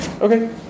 Okay